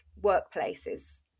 workplaces